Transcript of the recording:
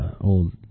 old